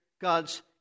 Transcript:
God's